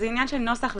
זה עניין של נוסח,